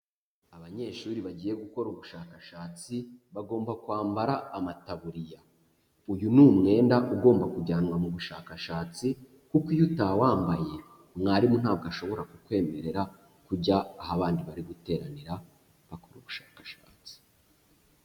Abanyeshuri bagiye gukora ubushakashatsi bagomba kwambara amataburiya. Uyu ni umwenda ugomba kujyanwa mu bushakashatsi kuko iyo utawambaye mwarimu ntabwo ashobora kukwemerera kujya aho abandi bari guteranira bakora ubushakashatsi.